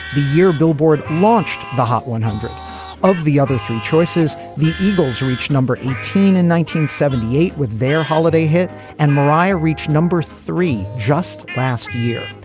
the year billboard launched the hot one hundred of the other three choices. the eagles reached number eighteen and seventy eight with their holiday hit and mariah reached number three just last year.